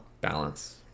Balance